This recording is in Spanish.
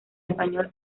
español